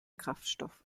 kraftstoff